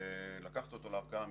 לערכאה משפטית.